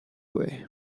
way